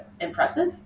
impressive